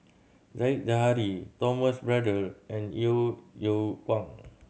Said Zahari Thomas Braddell and Yeo Yeow Kwang